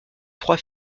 trois